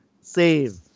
save